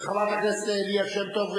חברת הכנסת ליה שמטוב,